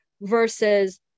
versus